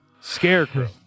Scarecrow